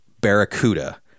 Barracuda